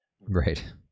Right